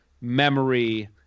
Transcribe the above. memory